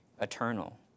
eternal